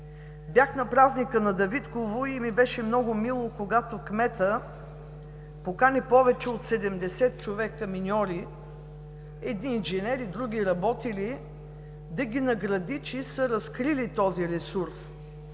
Бях на празника на Давидково и ми беше много мило, когато кметът покани повече от 70 човека миньори – едни инженери, други работили – да ги награди, че са разкрили този ресурс.